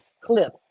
clip